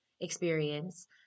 experience